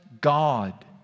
God